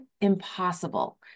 impossible